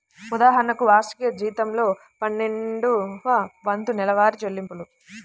ఉదాహరణకు, వార్షిక జీతంలో పన్నెండవ వంతు నెలవారీ చెల్లింపులు